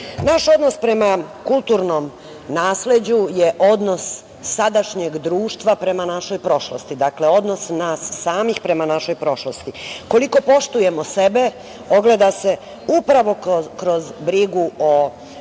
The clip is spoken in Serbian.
Nažalost, prema kulturnom nasleđu je odnos sadašnjeg društva prema našoj prošlosti, dakle – odnos nas samih prema našoj prošlosti. Koliko poštujemo sebe ogleda se upravo kroz brigu o